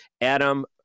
Adam